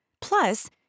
Plus